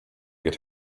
get